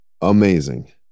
amazing